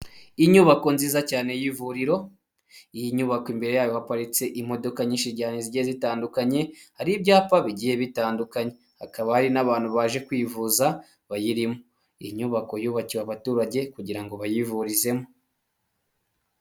Inyubako nziza cyane y'ivuriro, iyi nyubako imbere yayo haparitse imodoka nyinshi cyane zigiye zitandukanye, hari ibyapa bigiye bitandukanye, hakaba hari n'abantu baje kwivuza bayirimo, iyi nyubako yubakishiwe abaturage kugira ngo bayivurizemo.